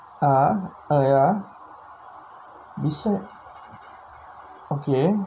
ah !aiya! okay